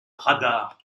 radar